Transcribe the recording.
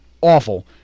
awful